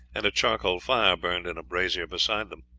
and a charcoal fire burned in a brazier beside them.